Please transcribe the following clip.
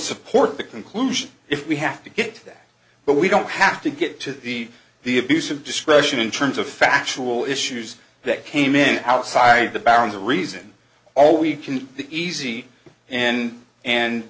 support the conclusion if we have to get that but we don't have to get to the the abuse of discretion in terms of factual issues that came in outside the bounds of reason all we can be easy in and